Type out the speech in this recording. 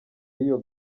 y’iyo